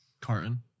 Carton